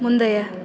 முந்தைய